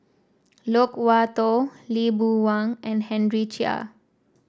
Loke Wan Tho Lee Boon Wang and Henry Chia